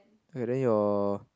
K then your